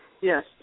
Yes